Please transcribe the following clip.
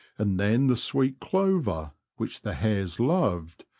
and then the sweet clover, which the hares loved,